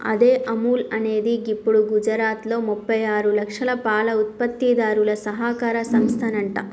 అదే అముల్ అనేది గిప్పుడు గుజరాత్లో ముప్పై ఆరు లక్షల పాల ఉత్పత్తిదారుల సహకార సంస్థనంట